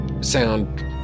sound